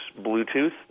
Bluetooth